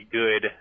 good